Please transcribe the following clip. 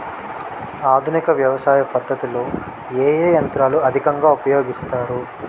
ఆధునిక వ్యవసయ పద్ధతిలో ఏ ఏ యంత్రాలు అధికంగా ఉపయోగిస్తారు?